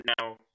Now